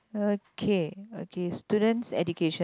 okay okay student's education